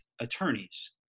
attorneys